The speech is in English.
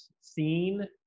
seen